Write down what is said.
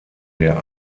der